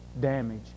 damage